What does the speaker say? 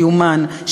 מיומן,